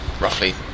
roughly